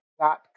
dot